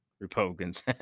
Republicans